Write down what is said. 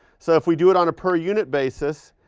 so if we do it on a per unit basis,